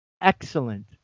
Excellent